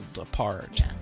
apart